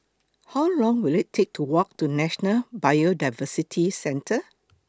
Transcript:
How Long Will IT Take to Walk to National Biodiversity Centre